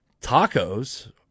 tacos